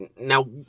Now